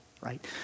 right